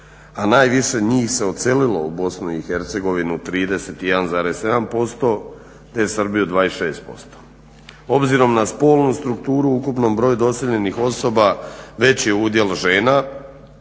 a najviše njih se odselilo u BiH 31,7% te Srbiju 26%. Obzirnom na spolnu strukturu u ukupnom broju doseljenih osoba veći je udjel žena